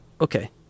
okay